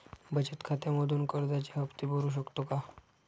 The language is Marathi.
बचत खात्यामधून कर्जाचे हफ्ते भरू शकतो का?